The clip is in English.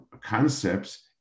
concepts